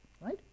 right